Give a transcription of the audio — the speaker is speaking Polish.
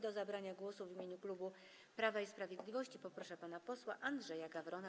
Do zabrania głosu w imieniu klubu Prawo i Sprawiedliwość poproszę pana posła Andrzeja Gawrona.